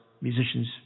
musicians